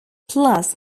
plus